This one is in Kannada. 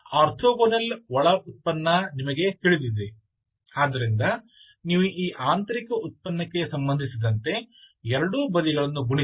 ಆರ್ಥೋಗೋನಲ್ ಒಳ ಉತ್ಪನ್ನ ನಿಮಗೆ ತಿಳಿದಿದೆ ಆದ್ದರಿಂದ ನೀವು ಈ ಆಂತರಿಕ ಉತ್ಪನ್ನಕ್ಕೆ ಸಂಬಂಧಿಸಿದಂತೆ ಎರಡೂ ಬದಿಗಳನ್ನು ಗುಣಿಸಿ